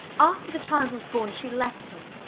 after the child was born she left him,